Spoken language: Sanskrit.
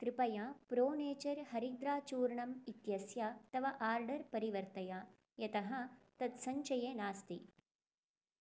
कृपया प्रो नेचर् हरिद्राचूर्णम् इत्यस्य तव आर्डर् परिवर्तय यतः तत् सञ्चये नास्ति